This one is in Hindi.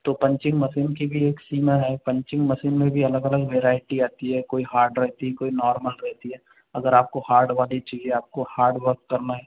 तो पंचिंग मशीन की भी एक सीमा है पंचिंग मशीन में भी अलग अलग वैरायटी आती है कोई हार्ड रहती है कोई नॉर्मल रहती है अगर आपको हार्ड वाली चाहिए आपको हार्ड वर्क करना है